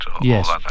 Yes